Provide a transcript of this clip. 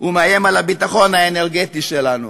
ומאיים על הביטחון האנרגטי שלנו.